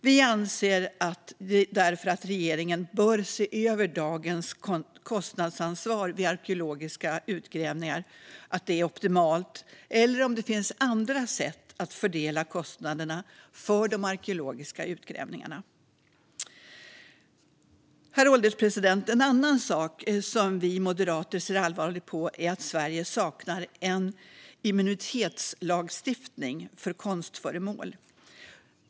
Vi anser därför att regeringen bör se över om dagens kostnadsansvar vid arkeologiska utgrävningar är optimalt eller om det finns andra sätt att fördela kostnaderna för de arkeologiska utgrävningarna. Herr ålderspresident! En annan sak som vi moderater ser allvarligt på är att Sverige saknar en immunitetslagstiftning för konstföremål.